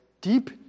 deep